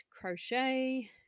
crochet